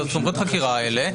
את סמכויות החקירה האלה,